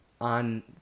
on